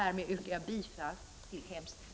Därmed yrkar jag bifall till utskottets hemställan.